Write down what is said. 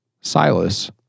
Silas